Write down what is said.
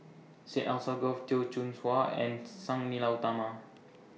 Syed Alsagoff Teo Soon Chuan and Sang Nila Utama